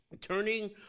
turning